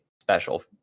special